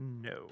No